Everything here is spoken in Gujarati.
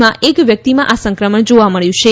માં એક વ્યક્તિમાં આ સંક્રમણ જોવા મબ્યું છે